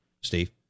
Steve